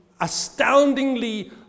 astoundingly